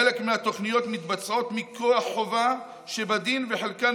חלק מהתוכניות מתבצעות מכוח חובה שבדין וחלקן